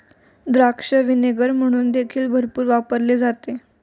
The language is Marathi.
द्राक्ष व्हिनेगर म्हणून देखील भरपूर वापरले जाते